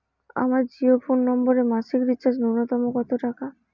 আমার জিও ফোন নম্বরে মাসিক রিচার্জ নূন্যতম কত টাকা?